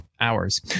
hours